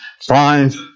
five